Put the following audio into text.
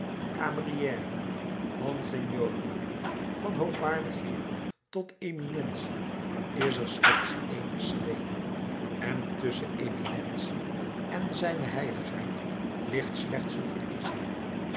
cameriere monsignore van hoogwaardig heer tot eminentie is er slechts één schrede en tusschen eminentie en zijne heiligheid ligt slechts een verkiezing